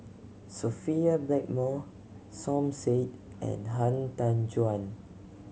Sophia Blackmore Som Said and Han Tan Juan